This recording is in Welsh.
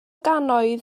gannoedd